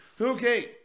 Okay